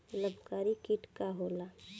लाभकारी कीट का होला?